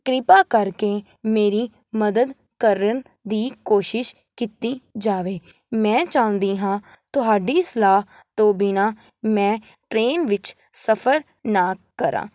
ਕ੍ਰਿਪਾ ਕਰਕੇ ਮੇਰੀ ਮਦਦ ਕਰਨ ਦੀ ਕੋਸ਼ਿਸ਼ ਕੀਤੀ ਜਾਵੇ ਮੈਂ ਚਾਹੁੰਦੀ ਹਾਂ ਤੁਹਾਡੀ ਸਲਾਹ ਤੋਂ ਬਿਨਾਂ ਮੈਂ ਟਰੇਨ ਵਿੱਚ ਸਫ਼ਰ ਨਾ ਕਰਾਂ